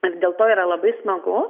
ir dėl to yra labai smagu